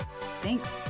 Thanks